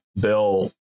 Bill